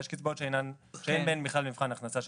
יש קצבאות שאין בהן בכלל מבחן הכנסה,